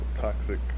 toxic